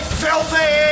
filthy